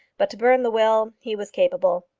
but to burn the will he was capable.